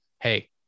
hey